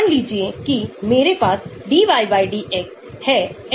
अगर आप एस्टर के हाइड्रोलिसिस को देखते हैं